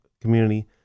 community